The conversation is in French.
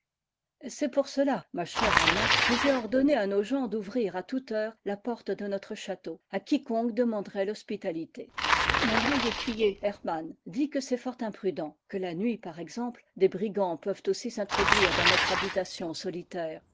c'est pour cela ma chère anna que j'ai ordonné à nos gens d'ouvrir à toute heure la porte de notre château à quiconque demanderait l'hospitalité mon vieil écuyer hermânn dit que c'est fort imprudent que la nuit par exemple des brigands peuvent ainsi s'introduire dans notre habitation solitaire